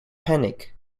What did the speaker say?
panic